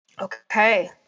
Okay